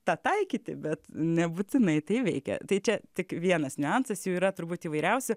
tą taikyti bet nebūtinai tai veikia tai čia tik vienas niuansas jų yra turbūt įvairiausių